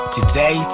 Today